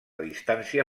distància